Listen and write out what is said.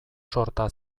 sorta